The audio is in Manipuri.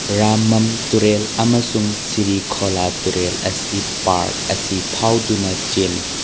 ꯔꯥꯝꯃꯝ ꯇꯨꯔꯦꯜ ꯑꯃꯁꯨꯡ ꯁꯤꯔꯤ ꯈꯣꯜꯂꯥ ꯇꯨꯔꯦꯜ ꯑꯁꯤ ꯄꯥꯔꯛ ꯑꯁꯤ ꯐꯥꯎꯗꯨꯅ ꯆꯦꯜꯂꯤ